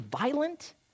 violent